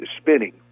spinning